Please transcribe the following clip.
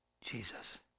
Jesus